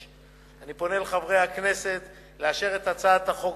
אני פונה אל חברי הכנסת לאשר את הצעת החוק